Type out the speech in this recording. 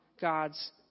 God's